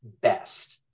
best